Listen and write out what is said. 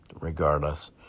regardless